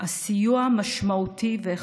הסיוע משמעותי והכרחי.